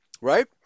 right